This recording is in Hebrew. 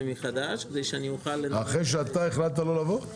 מחדש כדי שאני אוכל -- אחרי שאתה החלטת לא לבוא?